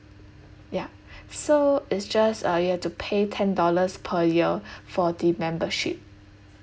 ya so it's just uh you have to pay ten dollars per year for the membership